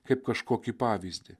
kaip kažkokį pavyzdį